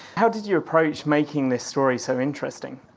how did you approach making this story so interesting?